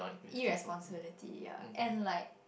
irresponsibility yeah and like